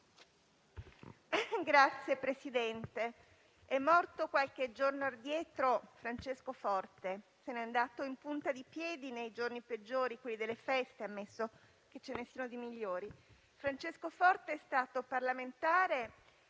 Signor Presidente, è morto qualche giorno addietro Francesco Forte. Se n'è andato in punta di piedi, nei giorni peggiori, quelli delle feste, ammesso che ce ne siano di migliori. Francesco Forte è stato parlamentare,